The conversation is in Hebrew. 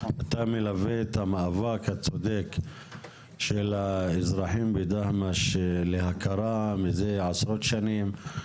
אתה מלווה את המאבק הצודק של האזרחים בדהמש להכרה מזה עשרות שנים.